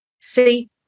See